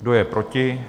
Kdo je proti?